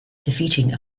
defeating